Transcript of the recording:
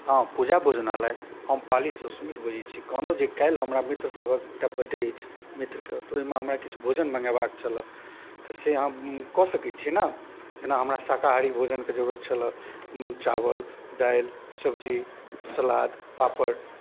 हँ पूजा भोजनालय हम पालीसँ सुमित बजै छी कहलहुँ जे काल्हि हमरा मित्रसभक एकटा बर्थडे अछि मित्रके तऽ ओहिमे हमरा किछु भोजन मंगेबाक छलए तऽ से अहाँ कऽ सकै छी ने जेना हमरा शाकाहारी भोजनके जरूरत छलए चावल दालि सब्जी सलाद पापड़